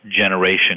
generation